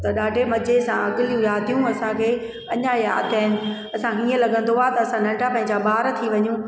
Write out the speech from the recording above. त ॾाढे मज़े सां अगलियूं रातियूं असांखे अञा यादि आहिनि असां हीअं लॻंदो आहे त असां नंढा पंहिंजा ॿार थी वञू